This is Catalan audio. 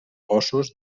ossos